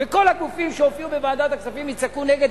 וכל הגופים שהופיעו בוועדת הכספים יצעקו נגד,